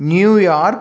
New York